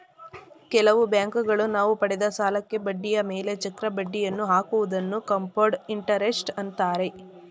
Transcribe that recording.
ಕೆಲವು ಬ್ಯಾಂಕುಗಳು ನಾವು ಪಡೆದ ಸಾಲಕ್ಕೆ ಬಡ್ಡಿಯ ಮೇಲೆ ಚಕ್ರ ಬಡ್ಡಿಯನ್ನು ಹಾಕುವುದನ್ನು ಕಂಪೌಂಡ್ ಇಂಟರೆಸ್ಟ್ ಅಂತಾರೆ